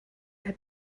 had